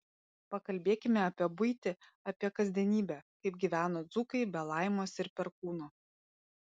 pakalbėkime apie buitį apie kasdienybę kaip gyveno dzūkai be laimos ir perkūno